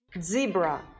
zebra